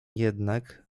jednak